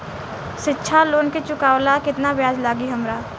शिक्षा लोन के चुकावेला केतना ब्याज लागि हमरा?